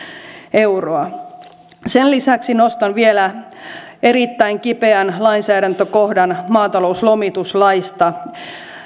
euroa sen lisäksi nostan vielä erittäin kipeän lainsäädäntökohdan maatalouslomituslaista